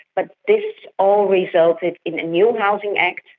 but this all resulted in a new housing act,